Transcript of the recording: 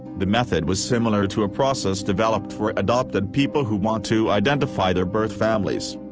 the method was similar to a process developed for adopted people who want to identify their birth families.